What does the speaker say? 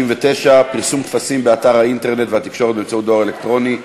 139) (פרסום טפסים באתר האינטרנט והתקשרות באמצעות דואר אלקטרוני).